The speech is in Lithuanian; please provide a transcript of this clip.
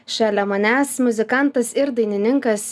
šalia manęs muzikantas ir dainininkas